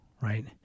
right